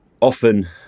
often